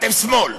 אתם שמאל,